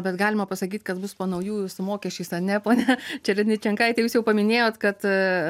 bet galima pasakyt kas bus po naujų su mokesčiais ar ne ponia čeredničenkaite jūs jau paminėjot kad